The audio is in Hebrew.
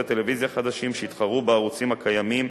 טלוויזיה חדשים שיתחרו בערוצים הקיימים,